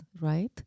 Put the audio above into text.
right